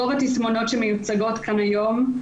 רוב התסמונות שמיוצגות כאן היום,